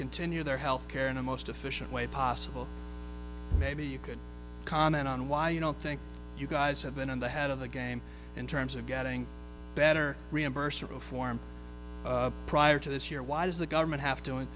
continue their health care in a most efficient way possible maybe you could comment on why you don't think you guys have been on the head of the game in terms of getting better reimburse reform prior to this year why does the government have to